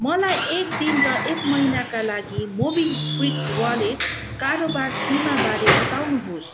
मलाई एक दिन र एक महिनाका लागि मोबिक्विक वालेट कारोबार सीमाबारे बताउनुहोस्